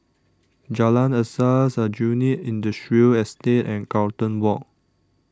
Jalan Asas Aljunied Industrial Estate and Carlton Walk